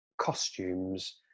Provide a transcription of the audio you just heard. costumes